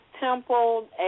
Temple